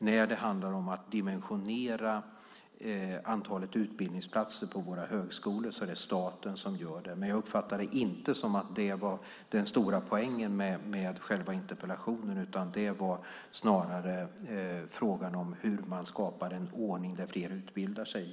När det handlar om att dimensionera antalet utbildningsplatser på våra högskolor är det staten som gör det, men jag uppfattade det inte som att detta var den stora poängen med själva interpellationen. Det var i stället frågan hur man skapar en ordning där fler utbildar sig.